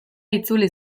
itzuli